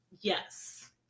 Yes